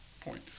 point